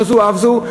לא זו אף זו,